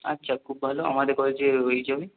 আচ্ছা খুব ভালো আমাদের কলেজে হয়ে যাবে